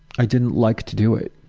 i didn't like to do it.